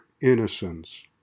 innocence